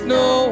no